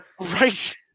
Right